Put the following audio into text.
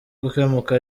gukemuka